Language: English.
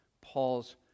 Paul's